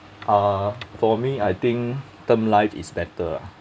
uh for me I think term life is better ah